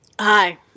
Hi